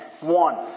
One